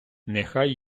нехай